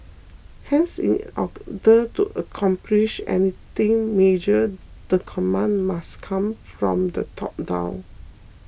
hence in order to accomplish anything major the command must come from the top down